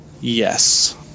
yes